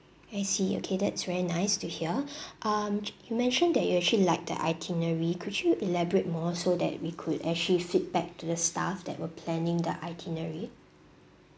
I see okay that's very nice to hear um you mentioned that you actually liked the itinerary could you elaborate more so that we could actually feedback to the staff that were planning the itinerary